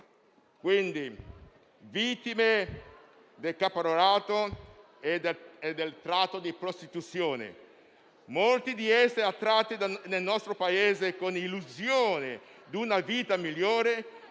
rischio. Vittime del caporalato e della tratta della prostituzione. Molti sono attratti nel nostro Paese con l'illusione di una vita migliore